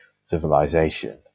civilization